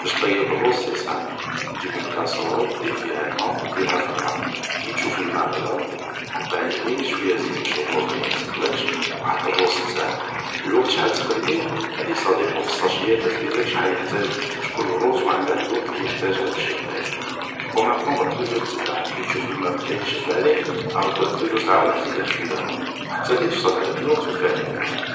باش طيب الروز سي سامبل ، تجيب اون كاسرول ، دير فيها الما و ديرها في النار ، كي تشوف الما غلا ، كب عليه غي شوي زيت باش الروز مايلسقلكش و حط الروز تاعك ، الوقت شحال تخليه ؟ هاديك صاديبون في الساشي كاتبينلك شحال يحتاج ، خاطش كل روز عنده الوقت اللي يحتاجه باش يطيب ، اومام طون قعد توجور تبعه ، كي تشوف لما بدا ينشف عليه ، عاود قعد توجور تعاونه تزيدله شوي ما حتى اللي توصل لهداك الوقت و طفي عليه النار